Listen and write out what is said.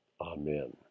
Amen